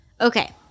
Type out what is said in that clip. Okay